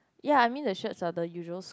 ya I mean the shirts are the usuals